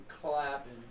clapping